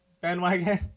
bandwagon